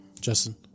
Justin